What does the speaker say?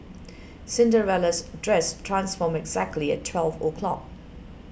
Cinderella's dress transformed exactly at twelve o'clock